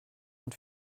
und